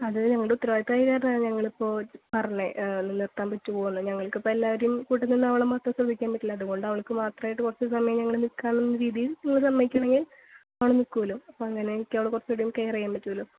അത് ഞങ്ങളുടെ ഉത്തരവാദിത്തമായ കാരണമാണ് ഞങ്ങൾ ഇപ്പോൾ പറഞ്ഞത് ഒന്ന് നിർത്താൻ പറ്റുമോ എന്ന് ഞങ്ങൾക്കിപ്പോൾ എല്ലാവരുടേയും കൂട്ടത്തിൽ നിന്നവളെ മാത്രം ശ്രദ്ധിക്കാൻ പറ്റില്ല അതുകൊണ്ട് അവൾക്ക് മാത്രമായിട്ട് കുറച്ചുസമയം ഞങ്ങൾ നിൽക്കാമെന്നുള്ള രീതിയിൽ നിങ്ങൾ സമ്മതിക്കുവാണെങ്കിൽ അവൾ നിൽക്കുമല്ലോ അപ്പോൾ അങ്ങനെ എനിക്ക് അവളെ കുറച്ചുകൂടി ഒന്ന് കെയർ ചെയ്യാൻ പറ്റുമല്ലോ